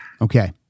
Okay